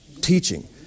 teaching